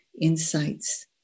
insights